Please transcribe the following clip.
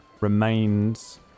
remains